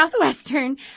Southwestern